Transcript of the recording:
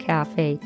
Cafe